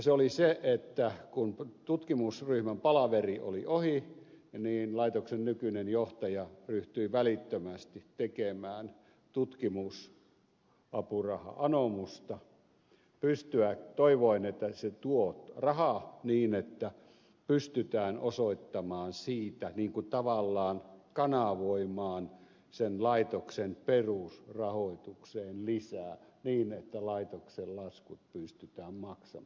se oli se että kun tutkimusryhmän palaveri oli ohi niin laitoksen nykyinen johtaja ryhtyi välittömästi tekemään tutkimusapuraha anomusta toivoen että se tuo rahaa niin että pystytään tavallaan kanavoimaan sen laitoksen perusrahoitukseen lisää niin että laitoksen laskut pystytään maksamaan